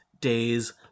days